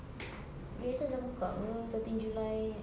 places dah buka apa thirteen july